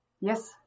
yes